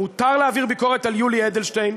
מותר להעביר ביקורת על יולי אדלשטיין,